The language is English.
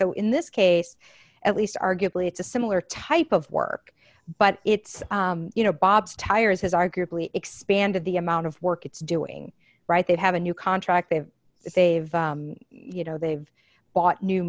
so in this case at least arguably it's a similar type of work but it's you know bob's tires has arguably expanded the amount of work it's doing right they'd have a new contract they've saved you know they've bought new